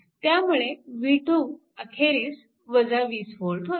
त्यामुळे v2 अखेरीस 20 V होते